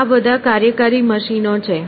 આ બધા કાર્યકારી મશીનો છે